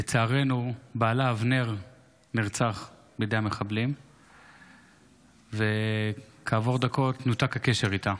לצערנו בעלה אבנר נרצח על ידי המחבלים וכעבור דקות נותק הקשר איתה.